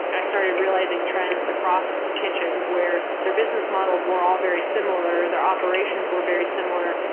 i started realizing trends across kitchens where their business models were all very similar. their operations were very similar,